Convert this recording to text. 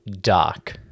Dark